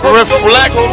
reflect